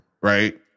right